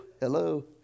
hello